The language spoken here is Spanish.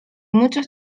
muchos